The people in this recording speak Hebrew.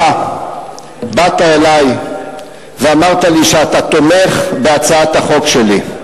אתה באת אלי ואמרת לי שאתה תומך בהצעת החוק שלי.